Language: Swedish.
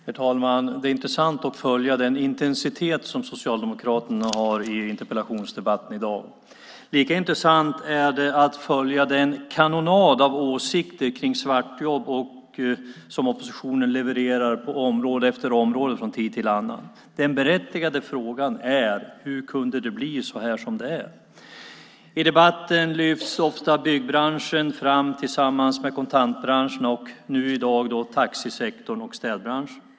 Herr talman! Det är intressant att följa den intensitet som socialdemokraterna har i interpellationsdebatten i dag. Lika intressant är det att följa den kanonad av åsikter om svartjobb som oppositionen levererar på område efter område från tid till annan. Den berättigade frågan är hur det kunde bli så som det har blivit. I debatten lyfts ofta byggbranschen fram tillsammans med kontantbranscherna och nu i dag taxisektorn och städbranschen.